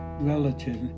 relative